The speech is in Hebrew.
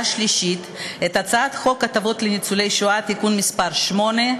שלישית את הצעת חוק הטבות לניצולי שואה (תיקון מס' 8),